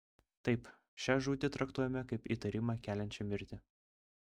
taip šią žūtį traktuojame kaip įtarimą keliančią mirtį